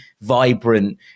vibrant